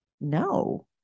no